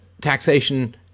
taxation